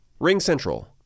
RingCentral